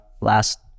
last